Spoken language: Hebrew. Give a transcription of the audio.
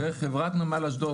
וחברת נמל אשדוד,